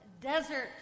desert